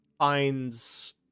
Finds